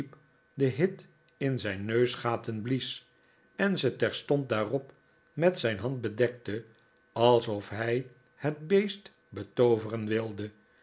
den hit in zijn neusgaten blies en ze terstond daarop met zijn hand bedekte alsof hij het beest betooveren wilde